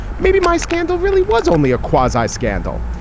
maybe my scandal really was only a quasi scandal.